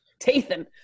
Tathan